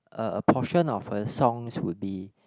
a a portion of her songs would be